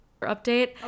Update